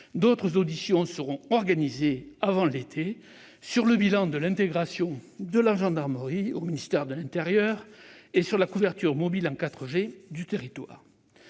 D'autres auditions seront organisées avant l'été sur le bilan de l'intégration de la gendarmerie au ministère de l'intérieur et sur la couverture mobile en 4G du territoire.